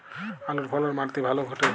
আলুর ফলন মাটি তে ভালো ঘটে?